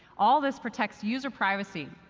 all this protects user privacy.